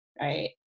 right